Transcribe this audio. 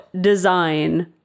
design